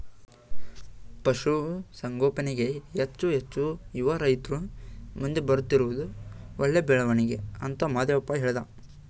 ಪಶುಸಂಗೋಪನೆಗೆ ಹೆಚ್ಚು ಹೆಚ್ಚು ಯುವ ರೈತ್ರು ಮುಂದೆ ಬರುತ್ತಿರುವುದು ಒಳ್ಳೆ ಬೆಳವಣಿಗೆ ಅಂತ ಮಹಾದೇವಪ್ಪ ಹೇಳ್ದ